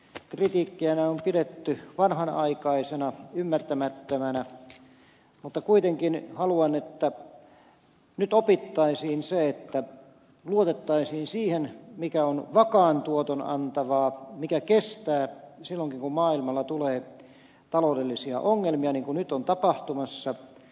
kritiikkiäni on pidetty vanhanaikaisena ymmärtämättömänä mutta kuitenkin haluan että nyt opittaisiin se että luotettaisiin siihen mikä on vakaan tuoton antavaa mikä kestää silloinkin kun maailmalla tulee taloudellisia ongelmia niin kuin nyt on tapahtumassa